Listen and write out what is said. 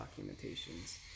documentations